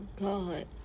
God